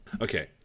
Okay